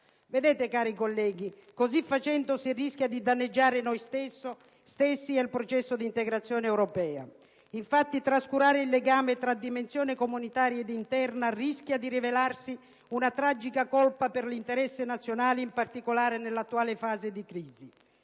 Cari colleghi, così facendo si rischia di danneggiare noi stessi e il processo di integrazione europea. Infatti, trascurare il legame tra dimensione comunitaria ed interna rischia di rivelarsi una tragica colpa per l'interesse nazionale, in particolare nell'attuale fase di crisi.